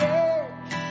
edge